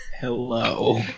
hello